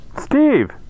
Steve